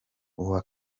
uwa